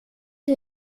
ihr